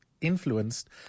influenced